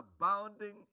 abounding